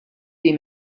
des